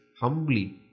humbly